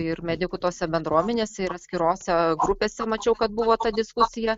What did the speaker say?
ir medikų tose bendruomenėse ir atskirose grupėse mačiau kad buvo ta diskusija